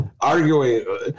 arguing